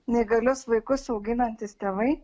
neįgalius vaikus auginantys tėvai